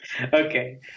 Okay